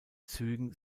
zügen